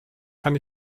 kann